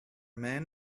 man